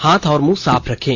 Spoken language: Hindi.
हाथ और मुंह साफ रखें